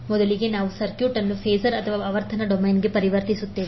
ಮೊದಲಿಗೆ ನಾವು ಸರ್ಕ್ಯೂಟ್ ಅನ್ನು ಫಾಸರ್ ಅಥವಾ ಆವರ್ತನ ಡೊಮೇನ್ಗೆ ಪರಿವರ್ತಿಸುತ್ತೇವೆ